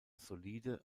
solide